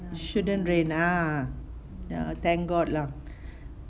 shouldn't rain ah thank god lah